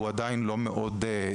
הוא עדיין לא מאוד פרודוקטיבי,